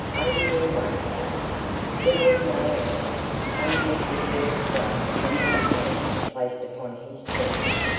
are you awake? there was no answer only a vigorous thrust from the hands placed upon his chest,